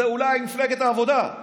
אולי מפלגת העבודה,